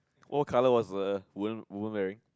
what color was the wom~ woman wearing